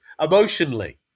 emotionally